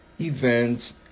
events